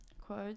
quote